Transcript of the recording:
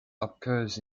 occurs